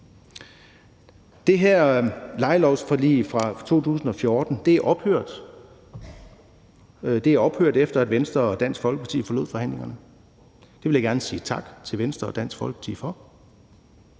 Det her lejelovsforlig fra 2014 er ophørt – det er ophørt, efter at Venstre og Dansk Folkeparti forlod forhandlingerne. Det vil jeg gerne sige tak til Venstre og Dansk Folkeparti for.